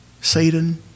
Satan